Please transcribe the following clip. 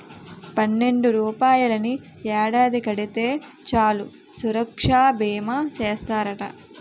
పన్నెండు రూపాయలని ఏడాది కడితే చాలు సురక్షా బీమా చేస్తారట